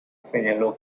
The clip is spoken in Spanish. señaló